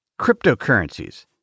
Cryptocurrencies